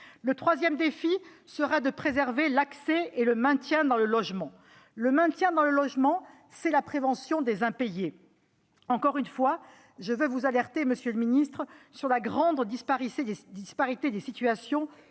Le troisième défi sera de préserver l'accès et le maintien dans le logement. Le maintien dans le logement, c'est la prévention des impayés. Encore une fois, je veux vous alerter, monsieur le ministre, sur la grande disparité des situations